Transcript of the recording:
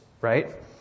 Right